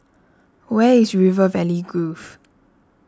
where is River Valley Grove